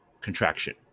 contraction